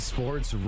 Sports